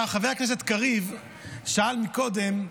חבר הכנסת קריב שאל קודם: